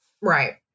Right